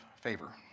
favor